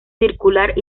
circular